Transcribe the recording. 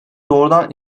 doğrudan